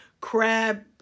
crab